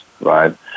right